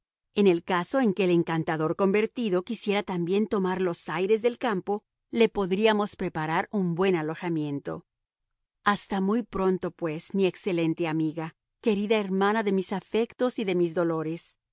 en el caso en que el encantador convertido quisiera también tomar los aires del campo le podríamos preparar un buen alojamiento hasta muy pronto pues mi excelente amiga querida hermana de mis afectos y de mis dolores